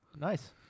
Nice